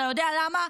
אתה יודע למה?